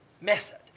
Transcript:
method